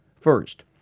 First